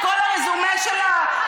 עם כל הרזומה שלה,